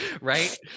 right